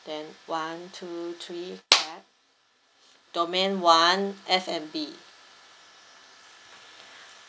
then one two three clap domain one F&B